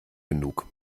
genug